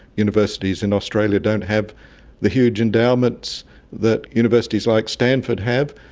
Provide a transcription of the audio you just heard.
universities in australia don't have the huge endowments that universities like stanford have,